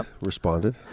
responded